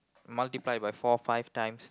multiple by four five times